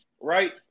right